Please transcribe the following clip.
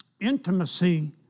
Intimacy